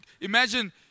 Imagine